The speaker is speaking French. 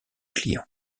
clients